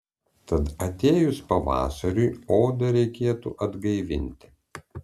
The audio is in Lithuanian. tad atėjus pavasariui odą reikėtų atgaivinti